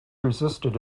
resisted